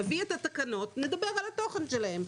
נביא את התקנות ונדבר על התוכן שלהן.